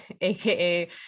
aka